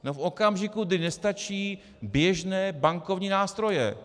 V okamžiku, kdy nestačí běžné bankovní nástroje.